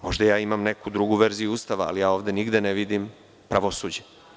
Možda ja imam neku drugu verziju Ustava, ali ja ovde nigde ne vidim pravosuđe.